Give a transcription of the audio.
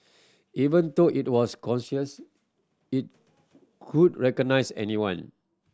even though it was conscious he couldn't recognise anyone